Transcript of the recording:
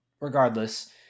regardless